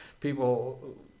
people